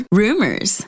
rumors